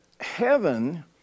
heaven